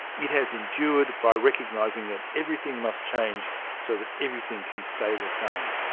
it has endured by recognising that everything must change so that everything can stay the same.